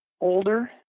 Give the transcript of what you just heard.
older